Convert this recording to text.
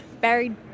buried